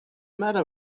matter